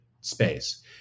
space